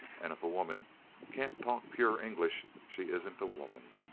and if a woman can't talk pure english, she isn't a woman.